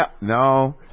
No